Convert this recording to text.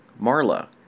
Marla